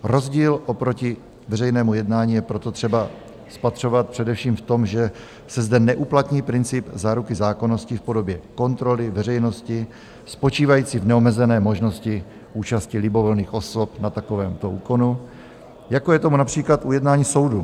Rozdíl oproti veřejnému jednání je proto třeba spatřovat především v tom, že se zde neuplatní princip záruky zákonnosti v podobě kontroly veřejnosti spočívající v neomezené možnosti účasti libovolných osob na takovémto úkonu, jako je tomu například ujednání soudu.